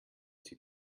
sie